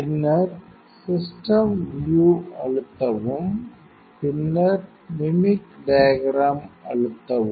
பின்னர் system view அழுத்தவும் பின்னர் மிமிக் டயகிராம் அழுத்தவும்